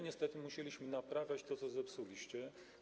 Niestety musieliśmy naprawiać to, co zepsuliście.